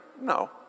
No